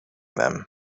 them